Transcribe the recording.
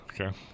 Okay